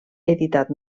editat